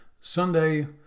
Sunday